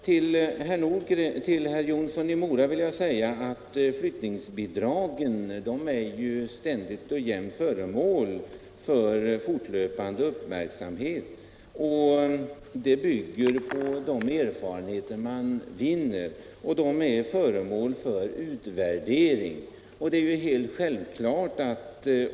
Till herr Jonsson i Mora vill jag säga att flyttningsbidragen ju är föremål för fortlöpande uppmärksamhet och bygger på de erfarenheter som man efter hand vinner. De är också föremål för utvärdering.